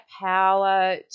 power